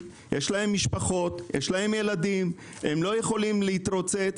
יש להם משפחות וילדים והם לא יכולים להתרוצץ.